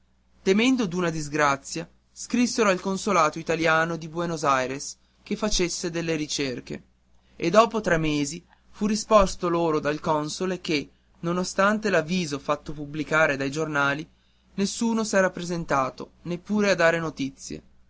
risposta temendo d'una disgrazia scrissero al consolato italiano di buenos aires che facesse fare delle ricerche e dopo tre mesi fu risposto loro dal console che nonostante l'avviso fatto pubblicare dai giornali nessuno s'era presentato neppure a dare notizie